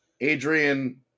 Adrian